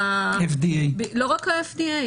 לא רק ה-FDA,